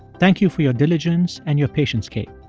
thank you for your diligence and your patience, kate